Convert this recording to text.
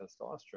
testosterone